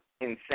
Insane